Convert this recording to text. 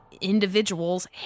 individuals